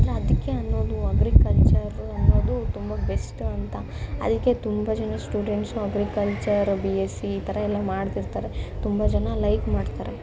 ಅಂದರೆ ಅದಕ್ಕೆ ಅನ್ನೋದು ಅಗ್ರಿಕಲ್ಚರ್ ಅನ್ನೋದು ತುಂಬ ಬೆಸ್ಟು ಅಂತ ಅದಕ್ಕೆ ತುಂಬ ಜನ ಸ್ಟೂಡೆಂಟ್ಸು ಬಿ ಎಸ್ ಸಿ ಈ ಥರಯೆಲ್ಲ ಮಾಡ್ತಿರ್ತಾರೆ ತುಂಬ ಜನ ಲೈಕ್ ಮಾಡ್ತಾರೆ